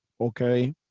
okay